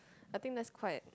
I think that's quite